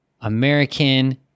American